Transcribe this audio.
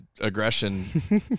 aggression